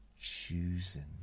choosing